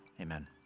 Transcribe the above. Amen